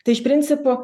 tai iš principo